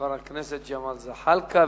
חבר הכנסת ג'מאל זחאלקה,